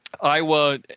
Iowa